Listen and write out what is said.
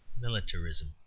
militarism